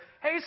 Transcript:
Hey